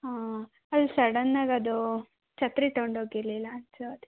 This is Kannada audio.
ಹಾಂ ಅಲ್ಲಿ ಸಡನ್ನಾಗಿ ಅದು ಛತ್ರಿ ತಗಂಡು ಹೋಗಿರ್ಲಿಲ್ಲ ಚ